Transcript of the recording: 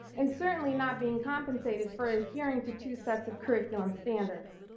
and certainly not being compensated for adhering to two sets of curriculum standards.